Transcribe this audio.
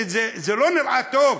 זה לא נראה טוב,